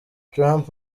trump